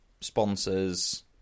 sponsors